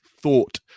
thought